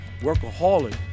Workaholic